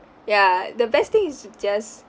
ya the best thing is to just